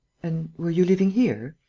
and were you living here?